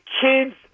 kids